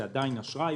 זה עדיין אשראי,